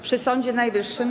Przy Sądzie Najwyższym?